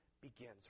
begins